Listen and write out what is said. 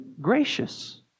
gracious